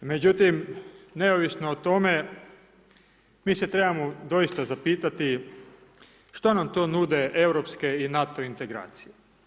Međutim, neovisno o tome, mi se trebamo doista zapitati što nam to nude Europske i NATO integracije.